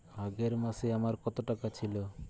আগের মাসে আমার কত টাকা ছিল?